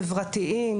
חברתיים,